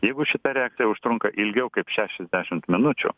jeigu šita reakcija užtrunka ilgiau kaip šešiasdešimt minučių